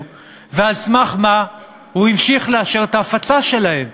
ועל סמך מה הוא המשיך לאשר את ההפצה שלהן?